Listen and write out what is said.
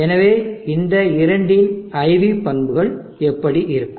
எனவே இந்த இரண்டின் IV பண்புகள் எப்படி இருக்கும்